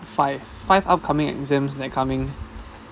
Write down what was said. five five upcoming exams that are coming